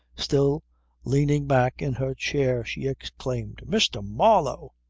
still leaning back in her chair she exclaimed mr. marlow!